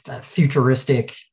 futuristic